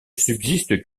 subsiste